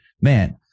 man